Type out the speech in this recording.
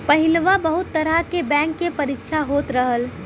पहिलवा बहुत तरह के बैंक के परीक्षा होत रहल